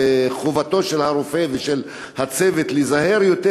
וחובת הרופא וחובת הצוות להיזהר יותר,